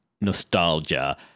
Nostalgia